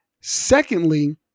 Secondly